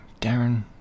Darren